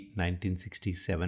1967